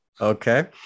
Okay